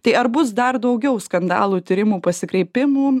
tai ar bus dar daugiau skandalų tyrimų pasikreipimų